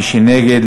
מי שנגד,